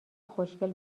خوشگل